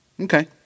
Okay